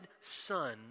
Son